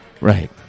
Right